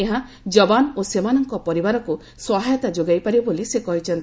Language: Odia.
ଏହା ଯବାନ ଓ ସେମାନଙ୍କ ପରିବାରକୁ ସହାୟତା ଯୋଗାଇ ପାରିବ ବୋଲି ସେ କହିଛନ୍ତି